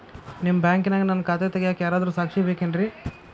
ನಿಮ್ಮ ಬ್ಯಾಂಕಿನ್ಯಾಗ ನನ್ನ ಖಾತೆ ತೆಗೆಯಾಕ್ ಯಾರಾದ್ರೂ ಸಾಕ್ಷಿ ಬೇಕೇನ್ರಿ?